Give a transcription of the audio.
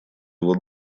его